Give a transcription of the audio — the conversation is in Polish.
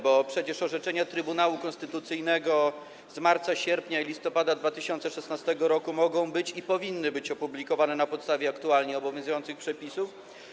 Bo przecież orzeczenia Trybunału Konstytucyjnego z marca, sierpnia i listopada 2016 r. mogą być i powinny być opublikowane na podstawie aktualnie obowiązujących przepisów?